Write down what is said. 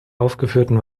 aufgeführten